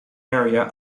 area